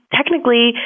technically